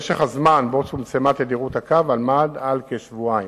משך הזמן שבו צומצמה תדירות הקו עמד על כשבועיים.